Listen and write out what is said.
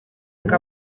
ngo